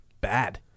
bad